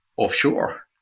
offshore